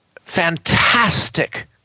fantastic